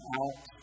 out